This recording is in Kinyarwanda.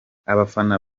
abafana